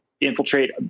infiltrate